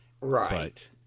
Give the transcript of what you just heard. right